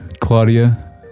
Claudia